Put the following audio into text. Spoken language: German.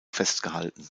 festgehalten